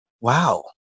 Wow